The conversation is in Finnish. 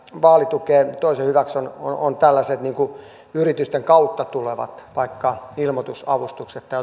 vaalitukea toisen hyväksi tällaiset niin kuin vaikka yritysten kautta tulevat ilmoitusavustukset tai